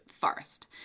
forest